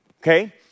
okay